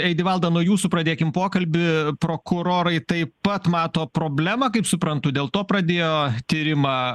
eidivalda nuo jūsų pradėkim pokalbį prokurorai taip pat mato problemą kaip suprantu dėl to pradėjo tyrimą